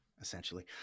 essentially